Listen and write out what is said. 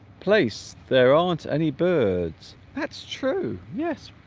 place there aren't any birds that's true yes